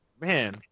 Man